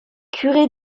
curé